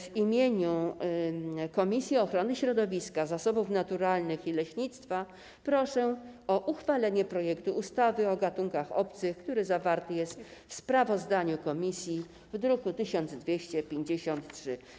W imieniu Komisji Ochrony Środowiska, Zasobów Naturalnych i Leśnictwa proszę o uchwalenie projektu ustawy o gatunkach obcych, który zawarty jest w sprawozdaniu komisji z druku nr 1253.